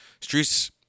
Streets